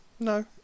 No